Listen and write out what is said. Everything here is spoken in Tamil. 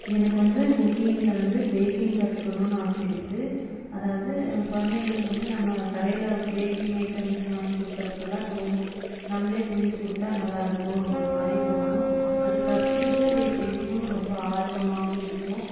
எனக்கு வந்து குக்கிங்கில் வந்து பேக்கிங் கற்றுக்கணுன்னு ஆசை இருக்குது அதாவது குழந்தைங்களுக்கு வந்து நம்ம கடையில் பேக்கிங் ஐட்டம்ஸ் வாங்கி கொடுக்குறப்பலாம் தோணும் நம்மளே செஞ்சுக் கொடுத்தா நல்லாயிருக்கும் இந்தமாதிரி தோணும் அதை கற்றுக்கிட்டு அதை செய்யணுன்னு ரொம்ப ஆர்வமாகவும் இருக்கும்